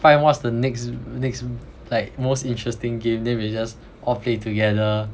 find what's the next next like most interesting game then we just all play together